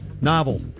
Novel